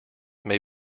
may